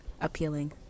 appealing